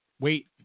wait